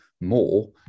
more